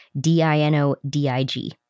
D-I-N-O-D-I-G